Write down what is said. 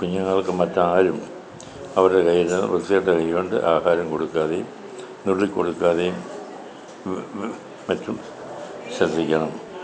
കുഞ്ഞുങ്ങൾക്ക് മറ്റാരും അവരുടെ കൈയിൽനിന്ന് വൃത്തികെട്ട കൈകൊണ്ട് ആഹാരം കൊടുക്കാതെയും നുള്ളി കൊടുക്കാതെയും മറ്റും ശ്രദ്ധിക്കണം